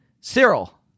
Cyril